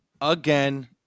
again